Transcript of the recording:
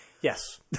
yes